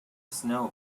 snow